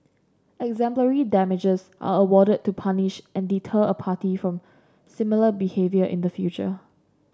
exemplary damages are awarded to punish and deter a party from similar behaviour in the future